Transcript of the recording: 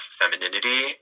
femininity